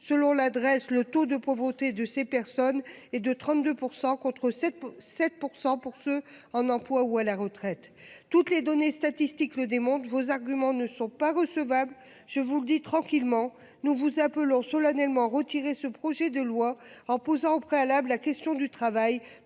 Selon l'adresse, le taux de pauvreté de ces personnes et de 32% contre 7 7 % pour ceux en emploi ou à la retraite. Toutes les données statistiques le démontrent vos arguments ne sont pas recevables. Je vous dis tranquillement. Nous vous appelons solennellement retirer ce projet de loi en posant en préalable, la question du travail